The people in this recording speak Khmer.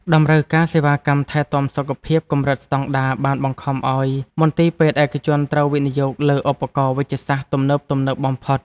តម្រូវការសេវាកម្មថែទាំសុខភាពកម្រិតស្តង់ដារបានបង្ខំឱ្យមន្ទីរពេទ្យឯកជនត្រូវវិនិយោគលើឧបករណ៍វេជ្ជសាស្ត្រទំនើបៗបំផុត។